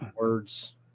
words